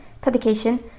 publication